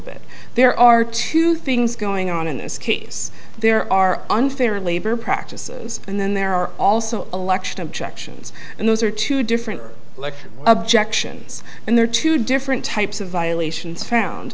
bit there are two things going on in this case there are unfair labor practices and then there are also election objections and those are two different like objections and there are two different types of violations found